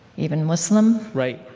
even muslim? right.